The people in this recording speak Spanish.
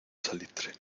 salitre